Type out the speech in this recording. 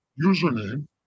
username